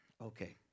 Okay